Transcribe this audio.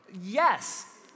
yes